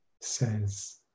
says